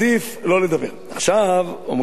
אומרים חכמים, אבל מה קורה